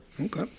Okay